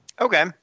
Okay